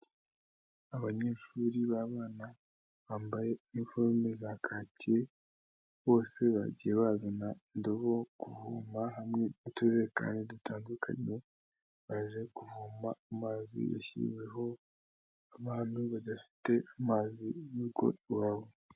Abanyeshuri b'abana bambaye iniforume za kaki bose bagiye bazana indobo ku voma hamwe n'utujerekani dutandukanye baje kuvoma amazi yashyiriweho abantu badafite amazi m'urugo rw'iwabo.